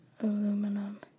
Aluminum